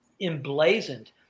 emblazoned